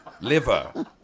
liver